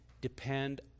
depend